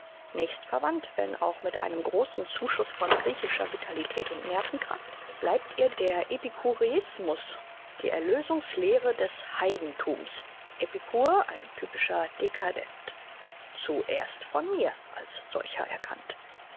nächstverwandt wenn auch mit einem großen zuschuß von griechischer vitalität und nervenkraft bleibt ihr der epikureismus die erlösungs lehre des heidenthums epikur ein typischer dcadent zuerst von mir als solcher erkannt